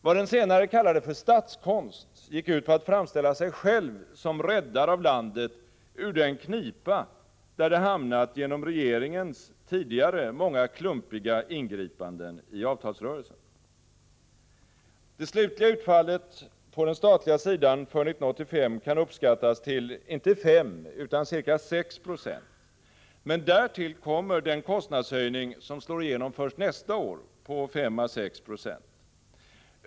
Vad den senare kallade för statskonst gick ut på att framställa sig själv som räddare av landet ur den knipa där det hamnat genom regeringens många tidigare klumpiga ingripanden i avtalsrörelsen. Det slutliga utfallet på den statliga sidan för 1985 kan uppskattas till inte 5 utan ca 6 96. Men därtill kommer den kostnadshöjning som slår igenom först nästa år på 5 å 6 Jo.